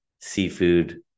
seafood